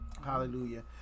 Hallelujah